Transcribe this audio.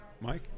Mike